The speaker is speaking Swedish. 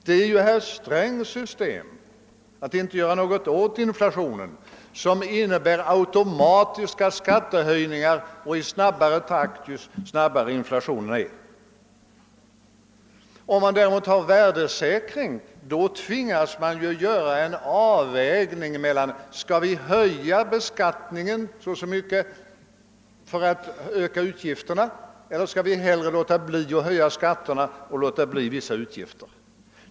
Det är ju herr Strängs system att inte göra något åt inflationen som innebär automatiska skattehöjningar, och i snabbare takt ju snabbare inflationen är. Om vi däremot ordnar en värdesäkring av skalorna tvingas de styrande att göra en avvägning och fråga sig: Skall vi höja beskattningen så och så mycket för att kunna öka utgifterna, eller skall vi låta bii att höja skatterna och i stället undvika vissa nya utgifter?